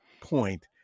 point